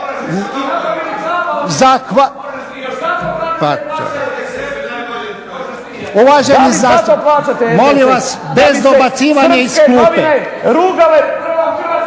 Zahvaljujem. Uvaženi zastupniče molim vas bez dobacivanja iz klupe.